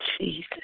Jesus